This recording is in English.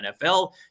NFL